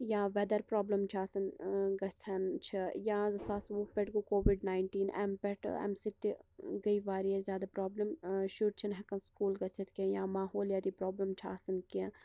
یا weather problem چھِ آسان گَژھان چھِ یا زٕ ساس وُہ پیٚٹھ گوٚو کووِڈ ناینٹیٖن پیٚتھٕ امہ سۭتۍ تہِ گیٚیہِ واریاہ زیادٕ پرابلم شُرۍ چھِ نہٕ ہیٚکان سُکول گٔژھِتھ کینٛہہ یا ماحولیاتی پرابلم چھ آسان کینٛہہ